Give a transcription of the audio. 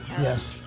Yes